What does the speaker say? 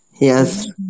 Yes